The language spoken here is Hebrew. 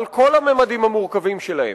על כל הממדים המורכבים שלהן,